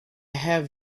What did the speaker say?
have